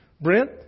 Brent